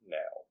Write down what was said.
now